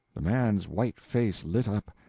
the man's white face lit up,